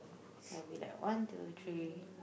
there'll be like one two three